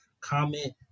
comment